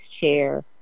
chair